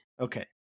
Okay